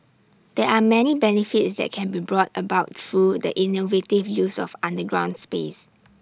there are many benefits that can be brought about through the innovative use of underground space